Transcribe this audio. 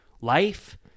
life